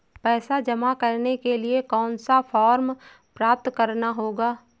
पैसा जमा करने के लिए कौन सा फॉर्म प्राप्त करना होगा?